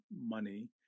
money